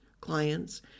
clients